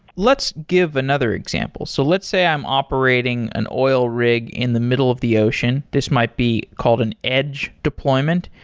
let's give another example. so let's say i'm operating an oil rig in the middle of the ocean. this might be called an edge deployment,